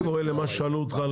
מה קורה על מה ששאלו אותך,